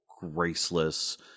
graceless